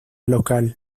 local